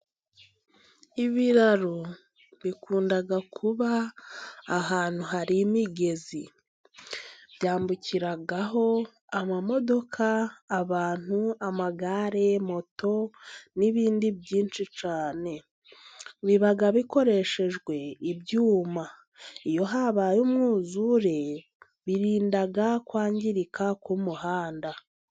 Ibiraro bikunda kuba ahantu hari imigezi. Byambukiraho amamodoka, abantu, amagare, moto, n'ibindi byinshi cyane. Biba bikoreshejwe ibyuma, iyo habaye umwuzure birinda kwangirika k'umuhanda.